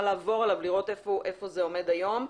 לעבור עליו לראות איפה זה עומד היום.